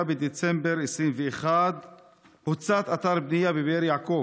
בתאריך 5 בדצמבר 2021 הוצת אתר בנייה בבאר יעקב.